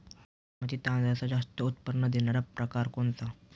बासमती तांदळातील जास्त उत्पन्न देणारा प्रकार कोणता?